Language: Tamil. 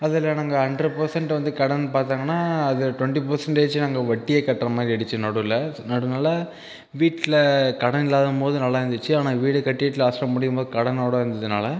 அதில் நாங்கள் ஹண்ட்ரட் பர்சன்ட் வந்து கடன் பார்த்தாங்கனா அது ட்வென்ட்டி பர்சன்டேஜ் நாங்கள் வட்டியை கட்டுகிற மாதிரி ஆயிடுச்சு நடுவில் அதனால வீட்டில் கடன் இல்லாதமோது நல்லாயிருந்துச்சு ஆனால் வீடு கட்டிட்டு லாஸ்ட்டாக முடியும்மோது கடனோடு இருந்ததுனால்